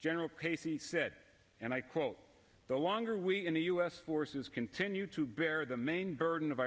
general pace he said and i quote the longer we and the u s forces continue to bear the main burden of